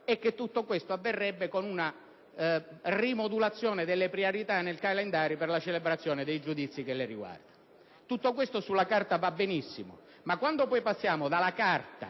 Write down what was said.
e che tutto questo avverrebbe con una rimodulazione delle priorità nel calendario per la celebrazione dei giudizi che le riguardano. Tutto questo sulla carta va benissimo, ma quando passiamo dalla carta